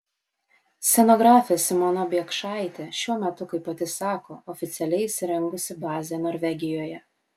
scenografė simona biekšaitė šiuo metu kaip pati sako oficialiai įsirengusi bazę norvegijoje